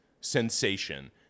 sensation